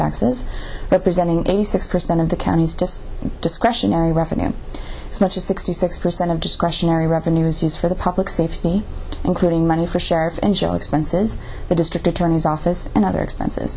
taxes representing eighty six percent of the counties just discretionary revenue as much as sixty six percent of discretionary revenues is for the public safety including money for sheriff and jail expenses the district attorney's office and other expenses